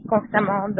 constamment